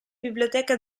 biblioteche